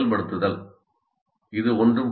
' இது ஒன்றும் புதிதல்ல